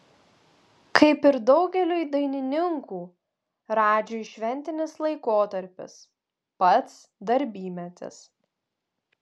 kaip ir daugeliui dainininkų radžiui šventinis laikotarpis pats darbymetis